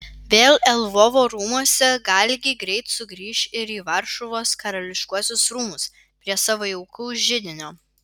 vėl lvovo rūmuose galgi greit sugrįš ir į varšuvos karališkuosius rūmus prie savo jaukaus židinio